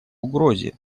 угрозе